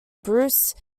bruce